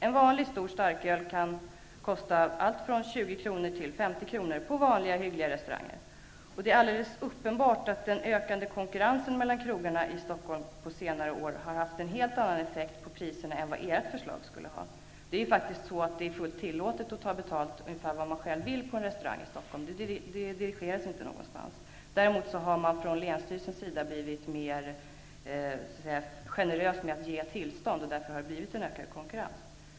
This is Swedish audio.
En vanlig stor starköl kan kosta allt från 20 kr. till 50 kr. på vanliga hyggliga restauranger. Det är uppenbart att den ökande konkurrensen mellan krogarna i Stockholm på senare år har haft en helt annan effekt på priserna än vad era förslag skulle ha. Det är faktiskt fullt tillåtet att ta betalt med ungefär vad man själv vill på en restaurang i Stockholm -- det dirigeras inte någonstans ifrån. Däremot har länsstyrelsen blivit mer generös med att ge tillstånd, och därför har det uppstått en ökad konkurrens.